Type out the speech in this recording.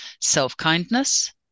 self-kindness